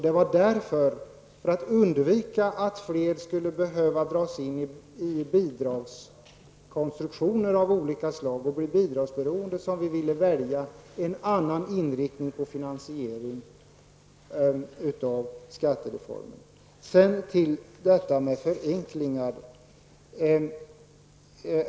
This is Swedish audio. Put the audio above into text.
Det var för att undvika att fler skulle behöva dras in i bidragskonstruktioner av olika slag och bli bidragsberoende som vi i centerpartiet valde en annan inriktning på finansieringen av skattereformen. Sedan till detta med förenklingar.